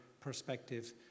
perspective